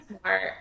smart